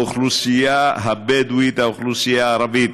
האוכלוסייה הבדואית, האוכלוסייה הערבית,